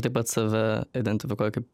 taip pat save identifikuoju kaip